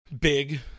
big